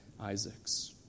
Isaacs